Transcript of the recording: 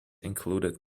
included